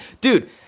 dude